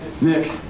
Nick